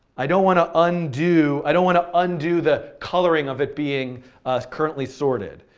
i don't want to undo, i don't want to undo the coloring of it being currently sorted.